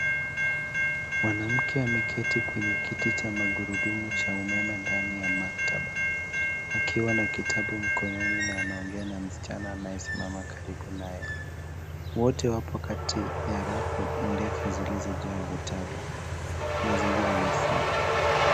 Mwanamke ameketi kwenye kiti cha magurudumu cha umeme ndani ya maktaba, akiwa na kitabu mkononi na anaongea na msichana anayesimama karibu naye. Wote wapo kati ya rafu ndefu zilizojaa vitabu. Mazingira ni safi.